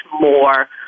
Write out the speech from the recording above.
more